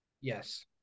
Yes